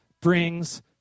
brings